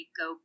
go